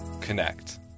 connect